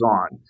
on